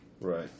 Right